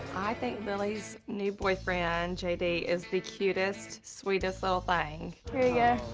i think lily's new boyfriend, jd, is the cutest, sweetest little thang! here ya